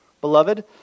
beloved